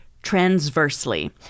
transversely